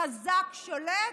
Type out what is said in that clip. החזק שולט,